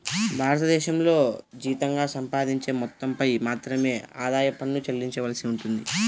భారతదేశంలో జీతంగా సంపాదించే మొత్తంపై మాత్రమే ఆదాయ పన్ను చెల్లించవలసి ఉంటుంది